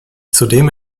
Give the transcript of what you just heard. zudem